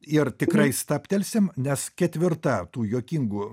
ir tikrai stabtelsim nes ketvirta tų juokingų